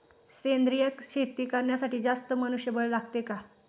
सेंद्रिय शेती करण्यासाठी जास्त मनुष्यबळ लागते का?